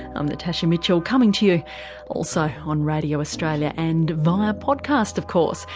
i'm natasha mitchell. coming to you also on radio australia and via podcast of course.